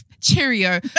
Cheerio